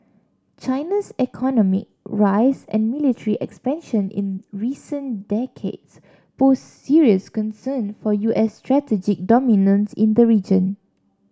China's economy rise and military expansion in recent decades pose serious concern for U S strategy dominance in the region